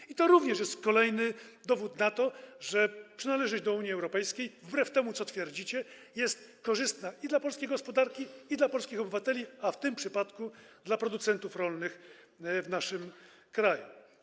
I to również jest kolejny dowód na to, że przynależność do Unii Europejskiej, wbrew temu, co twierdzicie, jest korzystna i dla polskiej gospodarki, i dla polskich obywateli, a w tym przypadku i dla producentów rolnych w naszym kraju.